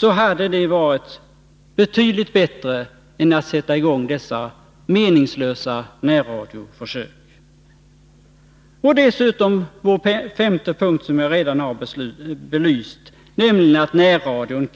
Det hade varit betydligt bättre än att sätta i gång dessa meningslösa Nr 162 närradioförsök. Onsdagen den Vår femte punkt, som jag redan har belyst, är att närradion